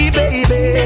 baby